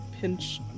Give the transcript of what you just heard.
pinch